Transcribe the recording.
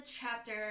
chapter